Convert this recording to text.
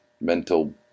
mental